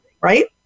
right